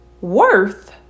Worth